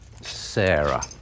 Sarah